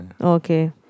Okay